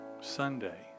Sunday